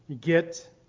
get